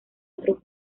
otros